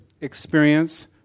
experience